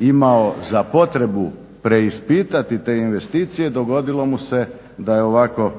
imao za potrebu preispitati te investicije dogodilo mu se da je ovako